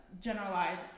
generalize